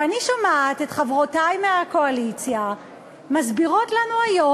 ואני שומעת את חברותי מהקואליציה מסבירות לנו היום,